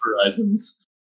horizons